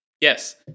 Yes